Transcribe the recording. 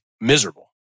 miserable